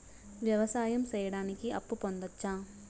వ్యవసాయం సేయడానికి అప్పు పొందొచ్చా?